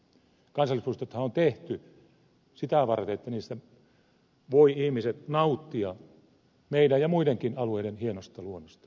kansallispuistothan on tehty sitä varten että niistä voivat ihmiset nauttia meidän ja muidenkin alueiden hienosta luonnosta